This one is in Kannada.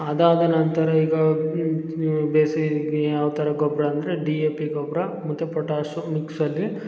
ಅದಾದ ನಂತರ ಈಗ ಬೇಸಿಗೆಗೆ ಯಾವ ಥರ ಗೊಬ್ಬರ ಅಂದರೆ ಡಿ ಎ ಪಿ ಗೊಬ್ಬರ ಮತ್ತು ಪೊಟ್ಯಾಷು ಮಿಕ್ಸಲ್ಲಿ